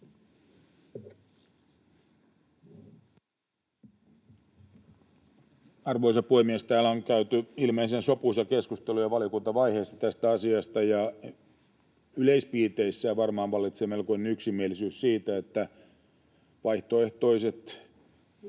Arvoisa puhemies! On käyty ilmeisen sopuisa keskustelu jo valiokuntavaiheessa tästä asiasta, ja yleispiirteissään varmaan vallitsee melkoinen yksimielisyys siitä, että vaihtoehtoiset